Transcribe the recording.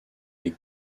les